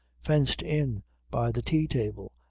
fenced in by the tea-table,